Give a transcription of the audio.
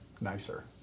nicer